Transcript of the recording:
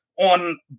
on